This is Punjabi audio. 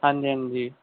ਹਾਂਜੀ ਹਾਂਜੀ